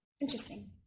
interesting